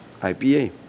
IPA